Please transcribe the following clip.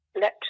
let